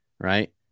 Right